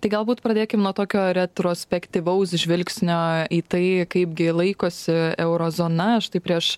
tai galbūt pradėkim nuo tokio retrospektyvaus žvilgsnio į tai kaipgi laikosi euro zona štai prieš